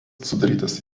sudarytas